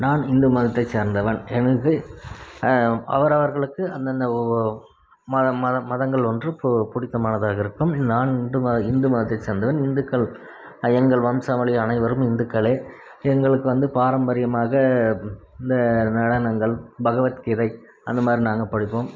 நான் இந்து மதத்தைச் சேர்ந்தவன் எனது அவரவர்களுக்கு அந்தந்த ஓ மத மதம் மதங்கள் ஒன்று பிடித்தமானதாக இருக்கும் நான் இந்து இந்து மதத்தைச் சார்ந்தவன் இந்துக்கள் அயங்கள் வம்சாவழி அனைவரும் இந்துக்களே எங்களுக்கு வந்து பாரம்பரியமாக இந்த நடனங்கள் பகவத்கீதை அந்த மாதிரி நாங்கள் படிப்போம்